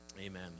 Amen